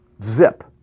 Zip